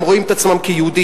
הם רואים את עצמם כיהודים,